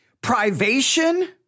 privation